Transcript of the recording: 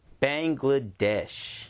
Bangladesh